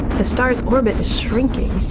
the star's orbit is shrinking,